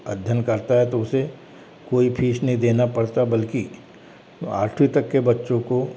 अध्ययन करता है तो उसे कोई फीस नहीं देना पड़ता बल्की आठवीं तक के बच्चों को